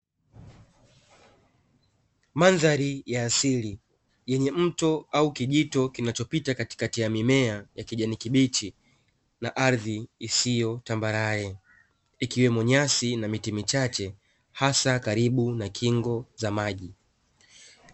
Mandhari ya asili yenye mto au kijito kinachopita katikati ya mimea ya kijani kibichi na ardhi isio tambarale ikiwemo nyasi na miti michache hasa karibu na kingo za maji.